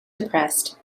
depressed